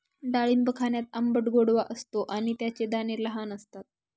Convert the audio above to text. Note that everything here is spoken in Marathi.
डाळिंब खाण्यात आंबट गोडवा असतो आणि त्याचे दाणे लहान असतात